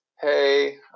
Hey